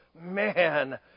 man